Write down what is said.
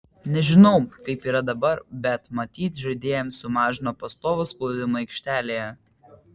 nežinau kaip yra dabar bet matyt žaidėjams sumažino pastovų spaudimą aikštelėje